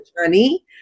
honey